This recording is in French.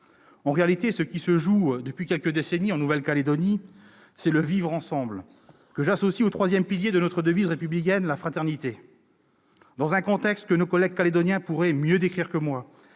En fait, ce qui se joue depuis quelques décennies en Nouvelle-Calédonie, c'est le vivre ensemble, que j'associe au troisième pilier de notre devise républicaine : la fraternité. Dans un contexte que nos collègues calédoniens pourraient mieux décrire que moi,